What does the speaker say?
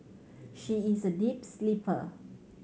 she is a deep sleeper